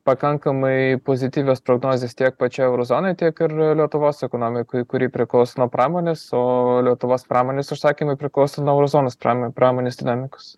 pakankamai pozityvios prognozės tiek pačioj euro zonoj tiek ir lietuvos ekonomikoj kuri priklauso nuo pramonės o lietuvos pramonės užsakymai priklauso nuo euro zonos pramonė pramonės dinamikos